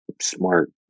smart